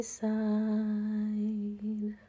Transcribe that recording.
side